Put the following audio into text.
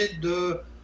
de